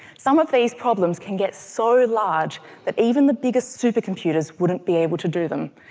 some of these problems can get so large that even the biggest supercomputers wouldn't be able to do them.